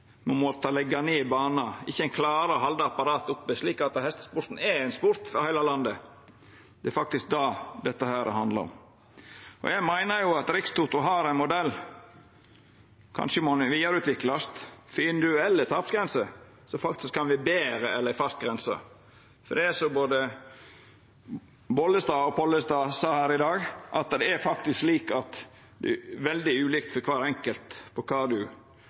ned, og ikkje klarar halda apparatet oppe slik at hestesporten er ein sport for heile landet. Det er faktisk det dette handlar om. Eg meiner at Rikstoto har ein modell som kanskje må vidareutviklast for individuelle tapsgrenser, som faktisk kan vera betre enn ei fast grense. Det er som både Bollestad og Pollestad sa her i dag: Det er veldig ulikt for kvar enkelt kva ein kan leva med av spel. Når ein då faktisk